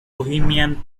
bohemian